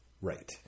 right